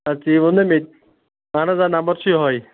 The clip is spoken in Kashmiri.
اَدٕ تی ووٚن نہ میٚتہِ اہن حظ آ نمبر چھُ یہوے